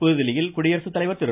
புதுதில்லியில் குடியரசுத்தலைவர் திரு